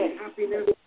happiness